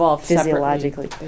Physiologically